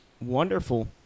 wonderful